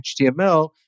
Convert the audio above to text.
HTML